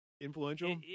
Influential